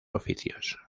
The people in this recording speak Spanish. oficios